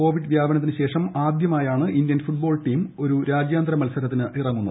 Covid വ്യാപനത്തിനുശേഷ്ടം ആദ്യമായാണ് Indian football team രാജ്യാന്തര മൃത്ഥർത്തിനിറങ്ങുന്നത്